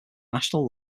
national